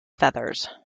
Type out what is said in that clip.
feathers